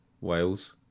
Wales